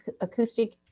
acoustic